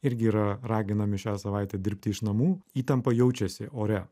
irgi yra raginami šią savaitę dirbti iš namų įtampa jaučiasi ore